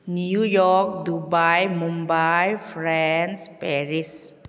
New York Dubai Mumbai France Paris